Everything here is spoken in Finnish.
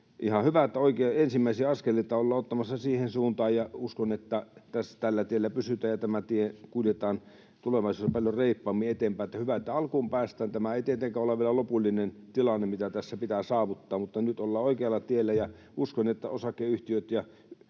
ihan hyvä, että ensimmäisiä askeleita ollaan ottamassa siihen suuntaan, ja uskon, että tällä tiellä pysytään ja tällä tiellä kuljetaan tulevaisuudessa paljon reippaammin eteenpäin. Hyvä, että alkuun päästään. Tämä ei tietenkään ole vielä lopullinen tilanne, mikä tässä pitäisi saavuttaa, mutta nyt ollaan oikealla tiellä. Uskon, että osakeyhtiöille,